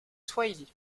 swahili